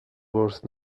worth